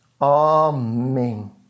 Amen